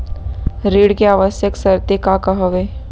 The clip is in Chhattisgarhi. ऋण के आवश्यक शर्तें का का हवे?